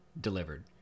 delivered